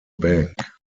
bank